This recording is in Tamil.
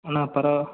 அண்ணா பரவா